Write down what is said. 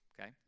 okay